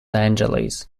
angeles